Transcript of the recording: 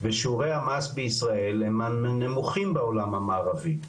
ושיעורי המס בישראל הם מהנמוכים בעולם המערבי,